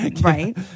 Right